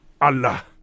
Allah